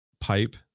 pipe